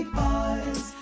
boys